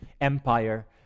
Empire